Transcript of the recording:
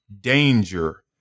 Danger